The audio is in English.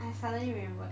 I suddenly remember